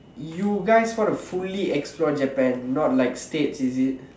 you guys want to fully explore Japan not like states is it